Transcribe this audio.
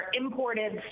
imported